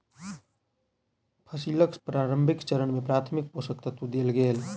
फसीलक प्रारंभिक चरण में प्राथमिक पोषक तत्व देल गेल